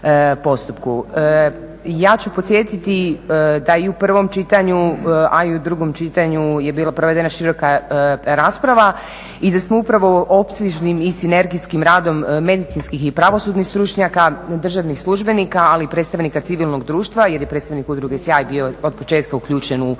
Ja ću podsjetiti da i u prvom čitanju, a i u drugom čitanju je bila provedena široka rasprava i da smo upravo opsežnim i sinergijskim radom medicinskih i pravosudnih stručnjaka državnih službenika, ali i predstavnika civilnog društva jer je predstavnik udruge 'Sjaj' bio od početka uključen u prijedlog